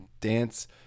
dance